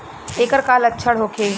ऐकर का लक्षण होखे?